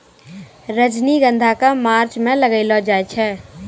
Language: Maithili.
रजनीगंधा क मार्च अप्रैल म लगैलो जाय छै